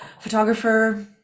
photographer